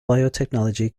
biotechnology